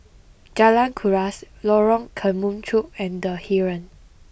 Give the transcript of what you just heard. Jalan Kuras Lorong Kemunchup and the Heeren